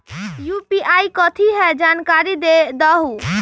UPI कथी है? जानकारी दहु